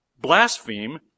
blaspheme